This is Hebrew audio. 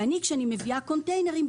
כשאני מביאה קונטיינרים,